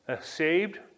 Saved